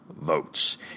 Votes